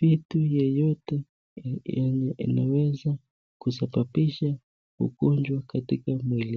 vitu yoyote yenye inaweza kusababisha ugonjwa katika mwili.